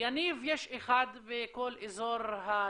יניב יש אחד בכל אזור הנגב,